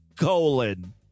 colon